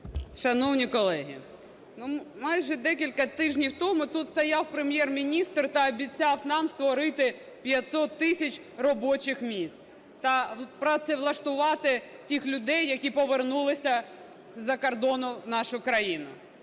Шановні колеги, ну, майже декілька тижнів тому тут стояв Прем'єр-міністр та обіцяв нам створити 500 тисяч робочих місць та працевлаштувати тих людей, які повернулися з-за кордону в нашу країну.